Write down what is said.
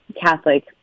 Catholic